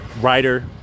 writer